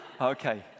Okay